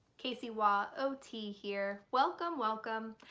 casey waugh, ot ot here, welcome welcome!